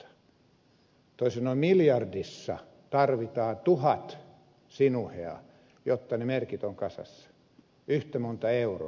toisin sanoen miljardissa tarvitaan tuhat sinuhea jotta ne merkit ovat kasassa yhtä monta euroa